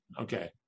Okay